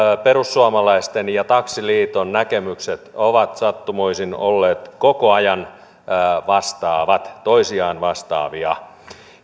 perussuomalaisten ja taksiliiton näkemykset ovat sattumoisin olleet koko ajan toisiaan vastaavia